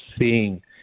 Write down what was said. seeing